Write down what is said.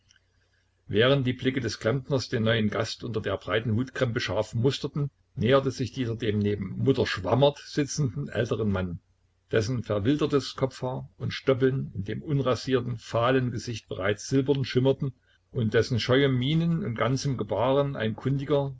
während die blicke des klempners den neuen gast unter der breiten hutkrempe scharf musterten näherte sich dieser dem neben mutter schwammert sitzenden älteren mann dessen verwildertes kopfhaar und stoppeln in dem unrasierten fahlen gesicht bereits silbern schimmerten und dessen scheuen mienen und ganzem gebaren ein kundiger